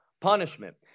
punishment